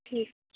ঠিক আছে